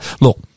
look